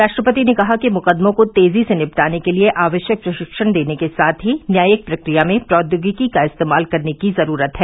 राष्ट्रपति ने कहा कि मुकदमों को तेजी से निपटाने के लिए आवश्यक प्रशिक्षण देने के साथ ही न्यायिक प्रक्रिया में प्रौद्योगिकी का इस्तेमाल करने की जरूरत है